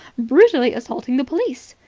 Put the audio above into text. brutally assaulting the police.